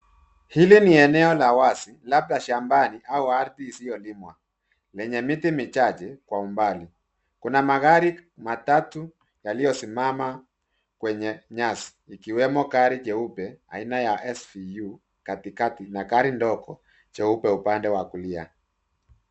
Hili ni eneo la wazi labda shambani au ardhi isiyolimwa lenye miti michache kwa umbali. Kuna magari matatu yaliyosimama kwenye nyasi ikiwemo gari jeupe aina ya SUV katikati na gari dogo jeupe upande wa kulia.